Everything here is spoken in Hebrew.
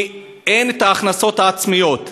כי אין ההכנסות העצמיות.